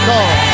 God